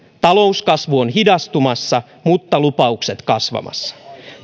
talouskasvu on hidastumassa mutta lupaukset kasvamassa